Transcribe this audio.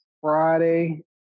Friday